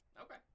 Okay